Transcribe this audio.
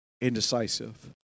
indecisive